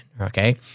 okay